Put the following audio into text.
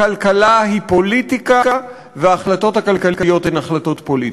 הכלכלה היא פוליטיקה וההחלטות הכלכליות הן החלטות פוליטיות.